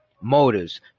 motors